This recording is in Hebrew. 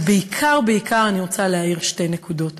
אבל בעיקר בעיקר אני רוצה להעיר על שתי נקודות.